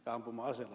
toinen kysymys